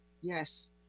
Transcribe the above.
yes